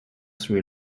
sri